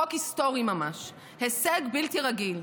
חוק היסטורי ממש, הישג בלתי רגיל.